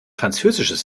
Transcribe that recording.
französisches